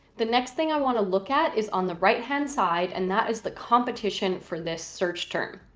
the next thing i want to look at is on the right hand side and that is the competition for this search term.